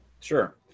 sure